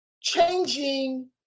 changing